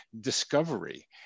discovery